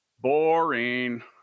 Boring